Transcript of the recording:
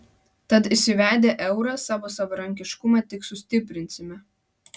tad įsivedę eurą savo savarankiškumą tik sustiprinsime